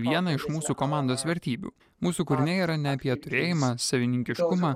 viena iš mūsų komandos vertybių mūsų kūriniai yra ne apie turėjimą savininkiškumą